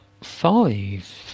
five